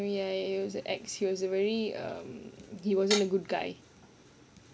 no ya ya he was the ex he was a very um he wasn't a good guy